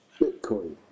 Bitcoin